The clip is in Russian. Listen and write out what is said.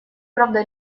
правда